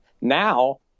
now